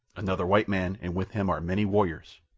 another white man, and with him are many warriors.